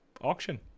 auction